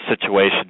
situation